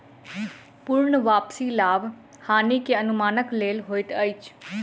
पूर्ण वापसी लाभ हानि के अनुमानक लेल होइत अछि